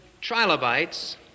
trilobites